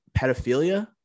pedophilia